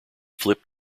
flip